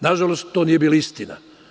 Nažalost, to nije bila istina.